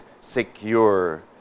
secure